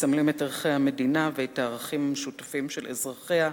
והם מסמלים את ערכי המדינה ואת הערכים המשותפים של אזרחיה,